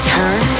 Turn